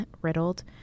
Riddled